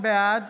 בעד